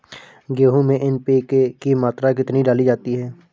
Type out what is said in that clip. गेहूँ में एन.पी.के की मात्रा कितनी डाली जाती है?